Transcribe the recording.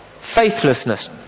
faithlessness